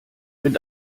mit